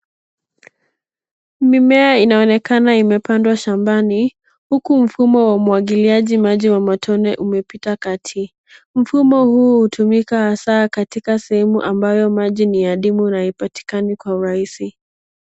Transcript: Mimea inaonekana imepandwa shambani huku mfumo wa umwagiliaji maji wa matone umepita katikati. Mfumo huu hutumika hasa katika sehemu ambayo maji ni nadimu na haipatikani kwa urahisi.